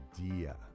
idea